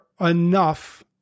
enough